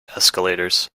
escalators